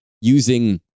Using